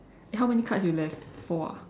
eh how many cards you left four ah